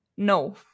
no